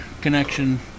connection